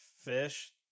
fish